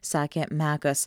sakė mekas